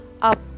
up